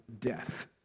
death